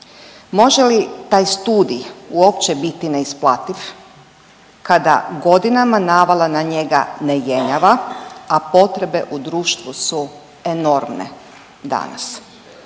Može li taj studij uopće biti neisplativ kada godinama navala na njega ne jenjava, a potrebe u društvu su enormne danas?